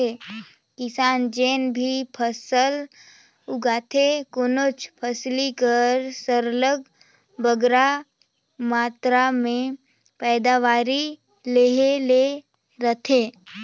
किसान जेन भी फसल उगाथे कोनोच फसिल कर सरलग बगरा मातरा में पएदावारी लेहे ले रहथे